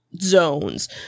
zones